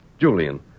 Julian